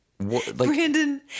Brandon